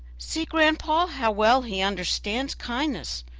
see, grandpapa, how well he understands kindness.